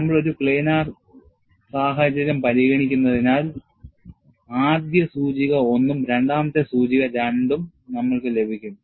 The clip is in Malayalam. നമ്മൾ ഒരു പ്ലാനർ സാഹചര്യം പരിഗണിക്കുന്നതിനാൽ ആദ്യ സൂചിക 1 ഉം രണ്ടാമത്തെ സൂചിക 2 ഉം നമ്മൾക്കു ലഭിക്കും